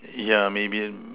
yeah maybe